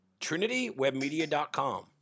trinitywebmedia.com